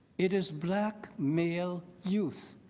it is black male youth.